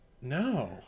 No